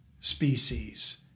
species